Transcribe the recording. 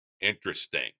Interesting